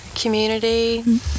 community